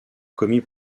commis